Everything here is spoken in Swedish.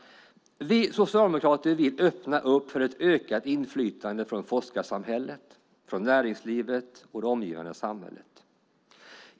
Vi socialdemokrater vill öppna för ett ökat inflytande från forskarsamhället, näringslivet och det omgivande samhället.